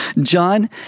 John